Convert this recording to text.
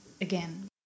again